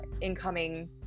incoming